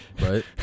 right